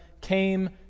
came